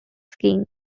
skiing